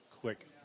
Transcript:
quick